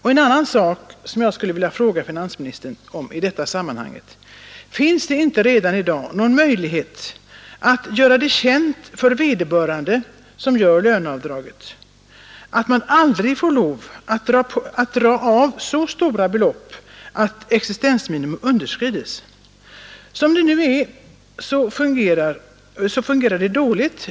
En annan sak som jag i detta sammanhang vill fråga finansministern om är: Finns det inte redan i dag någon möjlighet att göra känt för vederbörande som verkställer löneavdragen att man aldrig får lov att dra av så stora belopp att existensminimum underskrids? Som det nu är fungerar systemet dåligt.